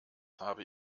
habe